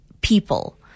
people